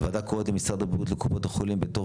הוועדה קוראת למשרד הבריאות ולקופות החולים בתור